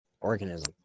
organism